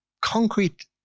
concrete